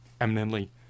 eminently